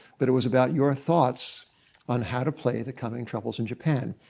but it was about your thoughts on how to play the coming troubles in japan.